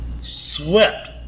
Swept